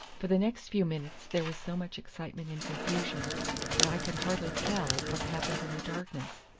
for the next few minutes there was so much excitement and confusion that i could hardly tell what happened in the darkness.